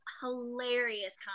hilarious